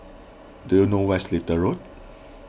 do you know where is Little Road